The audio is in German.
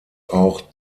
auch